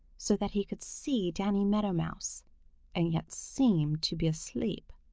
so that he could see danny meadow mouse and yet seem to be asleep.